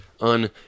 on